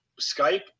Skype